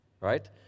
right